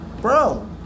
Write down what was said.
bro